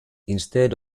instead